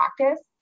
practice